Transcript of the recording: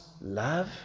love